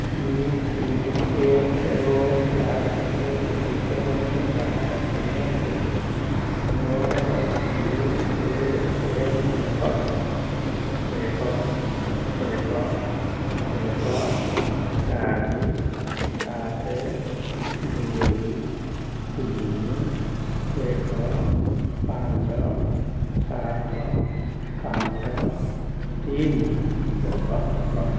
ଇ P F O passbook ବିବରଣୀ ବାହାର କରିବାକୁ ମୋର ୟୁ ଏ ଏନ୍ ନମ୍ବର୍ ଏକ ଏକ ଏକ ଚାରି ସାତ ଦୁଇ ତିନି ଏକ ପାଞ୍ଚ ସାତ ପାଞ୍ଚ ତିନି ଦେବାକୁ କର